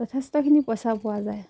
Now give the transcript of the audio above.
যথেষ্টখিনি পইচাও পোৱা যায়